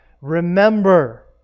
Remember